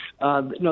No